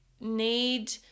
need